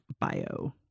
bio